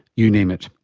you name it.